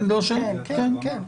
כן, כן.